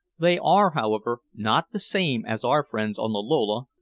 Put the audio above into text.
they are, however, not the same as our friends on the lola,